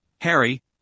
Harry